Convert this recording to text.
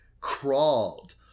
crawled